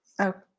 Okay